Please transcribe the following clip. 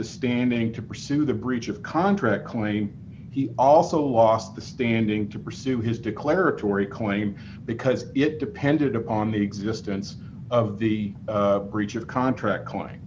the standing to pursue the breach of contract claim he also lost the standing to pursue his declaratory claim because it depended on the existence of the breach of contract c